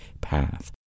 path